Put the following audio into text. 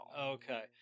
Okay